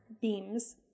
beams